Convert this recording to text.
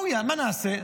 מה נעשה?